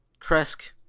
Kresk